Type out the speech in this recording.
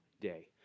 day